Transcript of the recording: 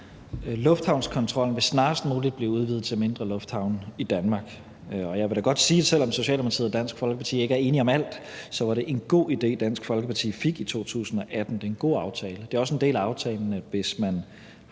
Lufthavnskontrollen vil snarest muligt blive udvidet til mindre lufthavne i Danmark. Jeg vil da godt sige, at det, selv om Socialdemokratiet og Dansk Folkeparti ikke er enige om alt, var en god idé, Dansk Folkeparti fik i 2018, det er en god aftale. Det er også en del af aftalen, at hvis man